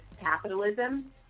capitalism